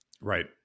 Right